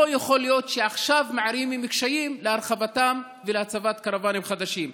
לא יכול להיות שעכשיו מערימים קשיים להרחבתם ולהצבת קרוונים חדשים.